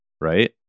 right